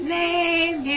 name